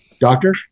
Doctor